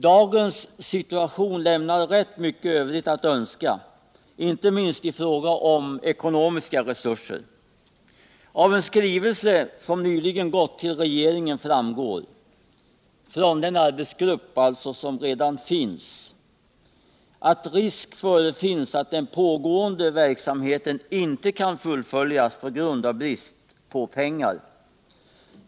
Dagens situation lämnar rätt mycket övrigt att önska, inte minst i fråga om ekonomiska resurser. Av en skrivelse, som nyligen gått till regeringen från den arbetsgrupp som redan finns, framgår att risk förefinns att den pågående verksamheten inte kan fullföljas på grund av brist på pengar.